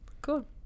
Cool